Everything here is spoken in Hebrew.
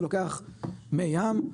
אתה לוקח מי ים,